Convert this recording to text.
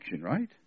right